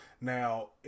Now